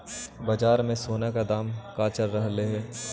बाजार में सोने का दाम का चल रहलइ हे